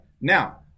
now